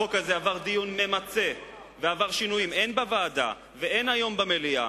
החוק הזה עבר דיון ממצה ועבר שינויים הן בוועדה והן היום במליאה,